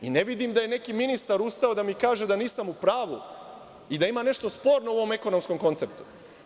Ne vidim da je neki ministar ustao da mi kaže da nisam u pravu i da ima nešto sporno u ovom ekonomskom konceptu.